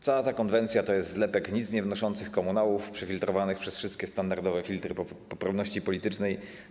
Cała ta konwencja to jest zlepek nic niewnoszących komunałów przefiltrowanych przez wszystkie standardowe filtry poprawności politycznej.